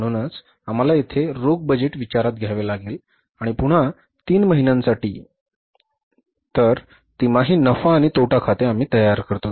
म्हणूनच आम्हाला येथे रोख बजेट विचारात घ्यावे लागेल आणि पुन्हा तीन महिन्यांसाठी एकूण नाही तर तिमाही नफा आणि तोटा खाते आम्ही तयार करतो